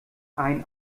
ein